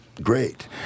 great